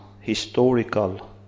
historical